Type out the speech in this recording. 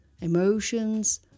emotions